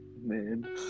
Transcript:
Man